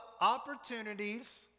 opportunities